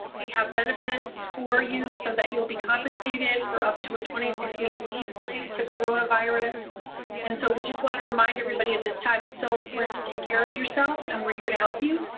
we have benefits for you so that you'll be compensated for up to a twenty six week leave related to coronavirus and so. we want to remind everybody at this time, it's so important to take care of yourself and we're here to help you.